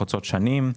חוצות שנים,